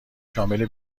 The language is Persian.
شامل